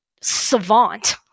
savant